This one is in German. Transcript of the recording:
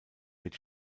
mit